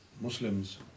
Muslims